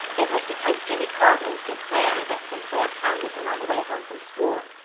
it was because jimmy called him st. clair' that st. clair pounded him on the way home from school.